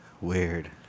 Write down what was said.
weird